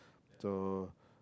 so